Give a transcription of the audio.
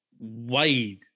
wide